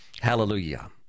hallelujah